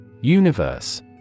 Universe